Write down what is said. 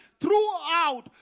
throughout